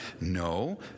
no